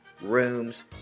rooms